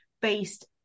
based